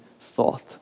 thought